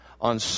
on